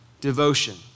devotion